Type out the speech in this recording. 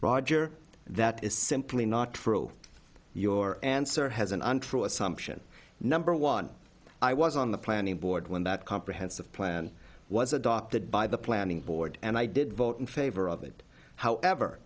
roger that is simply not true your answer has an untrue assumption number one i was on the planning board when that comprehensive plan was adopted by the planning board and i did vote in favor of it however